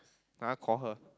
uh call her